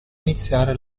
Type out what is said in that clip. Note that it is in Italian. iniziare